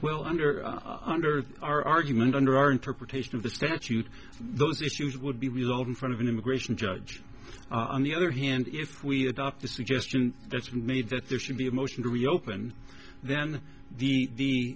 well under under our argument under our interpretation of the statute those issues would be lost in front of an immigration judge on the other hand if we adopt the suggestion that's been made that there should be a motion to reopen then the the